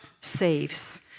saves